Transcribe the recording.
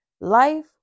life